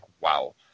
wow